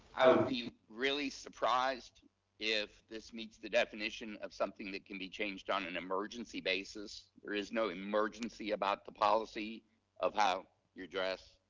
i wouldn't be really surprised if this meets the definition of something that can be changed on an emergency basis. there is no emergency about the policy of how you're dressed.